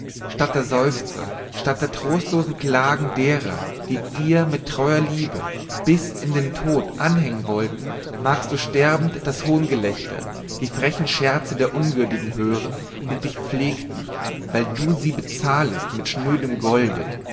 statt der seufzer statt der trostlosen klagen derer die dir mit treuer liebe bis in den tod anhängen wollten magst du sterbend das hohngelächter die frechen scherze der unwürdigen hören die dich pflegten weil du sie bezahltest mit schnödem golde